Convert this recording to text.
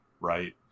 right